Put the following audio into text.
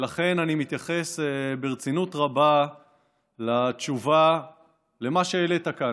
ולכן אני מתייחס ברצינות רבה לתשובה למה שהעלית כאן,